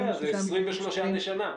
אז זה 23 מיליון לשנה.